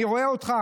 אני רואה אותך,